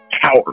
power